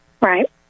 Right